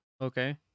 okay